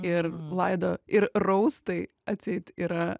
ir laido ir raustai atseit yra